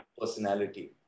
personality